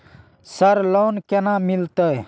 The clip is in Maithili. सर लोन केना मिलते?